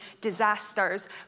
disasters